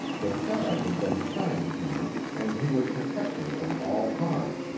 the child had been kind to him, and he would protect her from all harm,